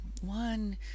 one